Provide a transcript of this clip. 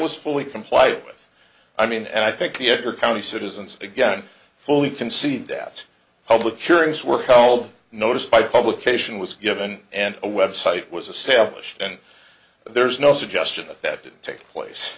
was fully complied with i mean and i think the edgar county citizens again fully concede that public hearings were held notice by publication was given and a web site was a selfish and there's no suggestion of that did take place